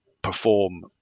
perform